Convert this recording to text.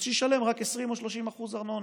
אז שישלם רק 20% או 30% ארנונה.